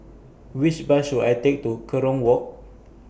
Which Bus should I Take to Kerong Walk